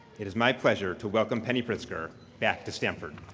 it is my pleasure to welcome penny pritzker back to stanford.